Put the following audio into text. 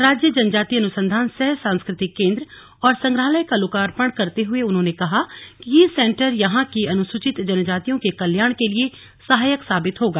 राज्य जनजाति अनुसंधान सह सांस्कृतिक केंद्र और संग्रहालय का लोकार्पण करते हुए उन्होंने कहा कि यह सेंटर यहां की अनुसूचित जनजातियों के कल्याण के लिए सहायक साबित होगा